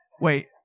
wait